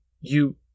you—